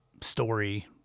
story